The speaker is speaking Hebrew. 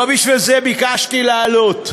לא בשביל זה ביקשתי לעלות.